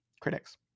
critics